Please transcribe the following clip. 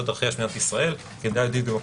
על ערכיה של מדינת ישראל כמדינה יהודית ודמוקרטית".